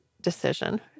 decision